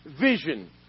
vision